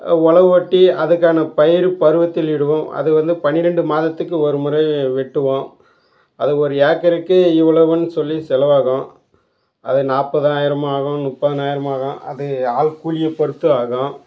உலவு ஓட்டி அதுக்கான பயிர் பருவத்தில் இடுவோம் அது வந்து பன்னிரெண்டு மாதத்துக்கு ஒருமுறை வெட்டுவோம் அது ஒரு ஏக்கருக்கு இவ்வளவுன்னு சொல்லி செலவாகும் அது நாற்பதாயிரமும் ஆகும் முப்பதனாயிரமும் ஆகும் அது ஆள் கூலியை பொறுத்து ஆகும்